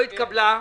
הצבעה לא נתקבלה.